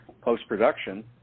post-production